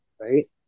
Right